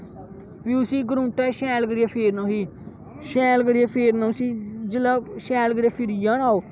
फ्ही उसी ग्रांउड च शैल करियै फेरना उसी शैल करियै फेरना उसी जिसलै ओह् शैल करियै फिरी जाए ना ओह्